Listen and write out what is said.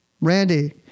Randy